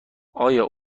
آیا